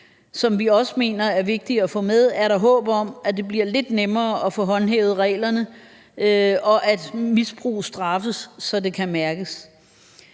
som vi også mener er vigtige at få med, er der håb om, at det bliver lidt nemmere at få håndhævet reglerne, og at misbrug straffes, så det kan mærkes.